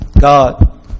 God